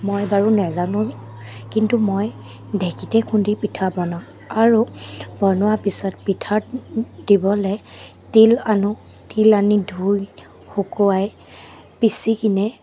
মই বাৰু নেজানো কিন্তু মই ঢেঁকীতে খুন্দি পিঠা বনাওঁ আৰু বনোৱা পিছত পিঠাত দিবলৈ তিল আনো তিল আনি ধুই শুকুৱাই পিছি কিনে